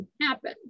happen